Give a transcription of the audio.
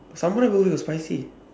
samurai burger where got spicy